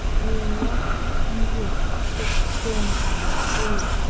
o'er rock and wood thick storm-clouds brood,